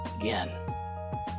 again